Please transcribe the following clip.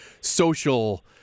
social